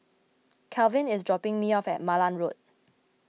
Kalvin is dropping me off at Malan Road